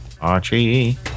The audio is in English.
Archie